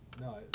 No